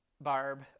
barb